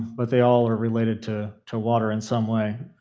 but they all are related to to water in some way.